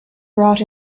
brought